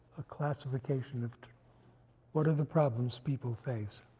a classification of what are the problems people face?